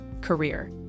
career